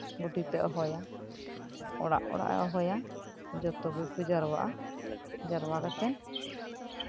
ᱜᱳᱰᱮᱛ ᱮ ᱦᱚᱦᱚᱭᱟ ᱚᱲᱟᱜ ᱚᱲᱟᱜ ᱮ ᱦᱚᱦᱚᱭᱟ ᱡᱷᱚᱛᱚ ᱜᱮᱠᱚ ᱡᱟᱣᱨᱟᱜᱼᱟ ᱡᱟᱣᱨᱟ ᱠᱟᱛᱮᱫ